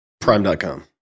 Prime.com